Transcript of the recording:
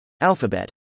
Alphabet